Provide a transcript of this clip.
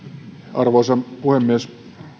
arvoisa puhemies